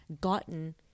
gotten